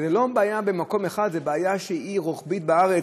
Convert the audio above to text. הבעיה היא לא במקום אחד, היא בעיה רוחבית בארץ.